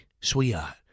sweetheart